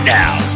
now